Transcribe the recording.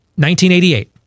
1988